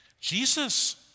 Jesus